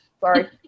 sorry